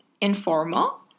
Informal